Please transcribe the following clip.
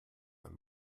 ein